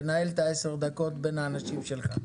תנהל את עשר הדקות בין האנשים שלך.